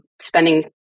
spending